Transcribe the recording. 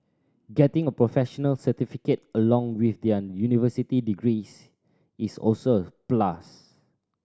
getting a professional certificate along with their university degrees is also a plus